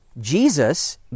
Jesus